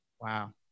Wow